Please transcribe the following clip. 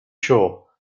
sure